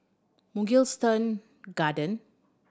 Mugliston Garden